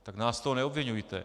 Tak nás z toho neobviňujte.